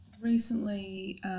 recently